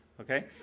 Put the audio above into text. okay